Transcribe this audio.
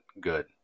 good